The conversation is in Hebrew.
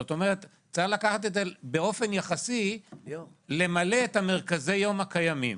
זאת אומרת צריך לקחת את זה באופן יחסי למלא את מרכזי היום הקיימים